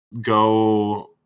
go